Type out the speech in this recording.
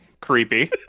Creepy